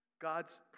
God's